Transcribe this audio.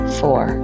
four